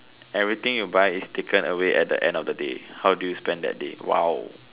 everything you buy is taken away at the end of day how do you spend that day !wow!